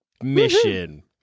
mission